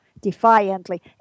defiantly